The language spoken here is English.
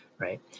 right